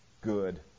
good